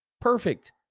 Perfect